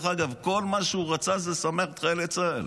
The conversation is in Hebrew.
כל מה שהוא רצה זה לשמח את חיילי צה"ל.